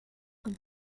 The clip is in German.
und